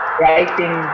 writing